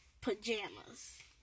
pajamas